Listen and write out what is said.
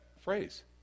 phrase